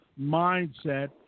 mindset